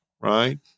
right